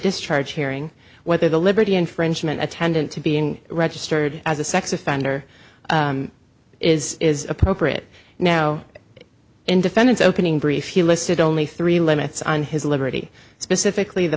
discharge hearing whether the liberty infringement attendant to being registered as a sex offender is appropriate now in defendant's opening brief he listed only three limits on his liberty specifically the